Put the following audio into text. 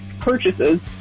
purchases